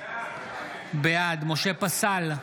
בעד משה פסל,